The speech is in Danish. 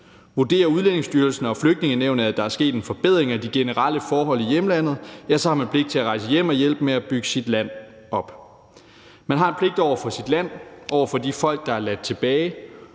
Vurderer Udlændingestyrelsen og Flygtningenævnet, at der er sket en forbedring af de generelle forhold i hjemlandet, så har man pligt til at rejse hjem og hjælpe med at bygge sit land op. Man har en pligt over for sit land, over for de folk, der er ladt tilbage.